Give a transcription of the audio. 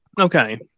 Okay